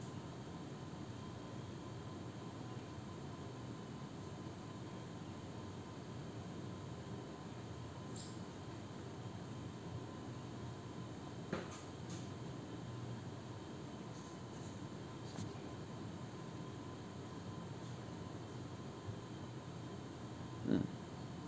mm